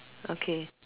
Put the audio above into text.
okay